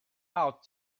out